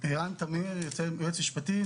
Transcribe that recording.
אני יועץ משפטי,